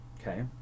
okay